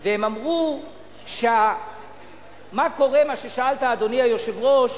והם אמרו מה ששאלת, אדוני היושב-ראש: